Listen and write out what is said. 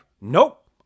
nope